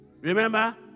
Remember